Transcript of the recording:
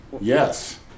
yes